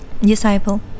Disciple